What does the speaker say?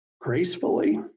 gracefully